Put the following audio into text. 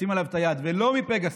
לשים עליו את היד, ולא מפגסוס.